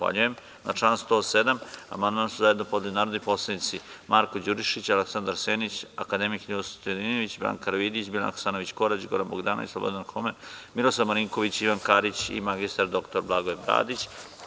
Na član 107. amandman su zajedno podneli narodni poslanici Marko Đurišić, Aleksandar Senić, akademik Ninoslav Stojadinović, Branka Karavidić, Biljana Hasanović Korać, Goran Bogdanović, Slobodan Homen, Miroslav Marinković, Ivan Karić i mr dr Blagoje Bradić.